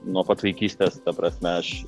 nuo pat vaikystės ta prasme aš